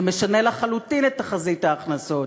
זה משנה לחלוטין את תחזית ההכנסות.